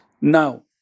now